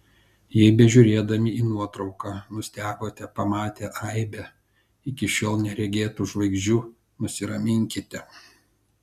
jei bežiūrėdami į nuotrauką nustebote pamatę aibę iki šiol neregėtų žvaigždžių nusiraminkite